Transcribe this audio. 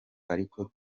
ariko